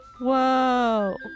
whoa